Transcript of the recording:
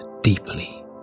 deeply